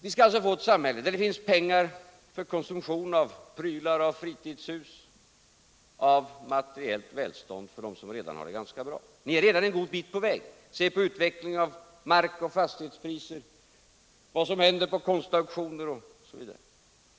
Vi skall alltså få ett samhälle där det finns pengar för konsumtion av prylar, av fritidshus, av materiellt välstånd för dem som redan har det ganska bra. Vi är redan en god bit på väg — se på utvecklingen av markoch fastighetspriser, vad som händer på konstauktioner osv.